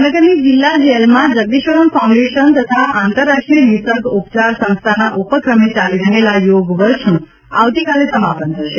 ભાવનગરની જીલ્લા જેલમાં જગદીશ્વરમ ફાઉન્ડેશન તથા આંતરરાષ્ટ્રીય નિસર્ગ ઉપચાર સંસ્થાના ઉપક્રમે ચાલી રહેલા યોગ વર્ષનું આવતીકાલે સમાપન થશે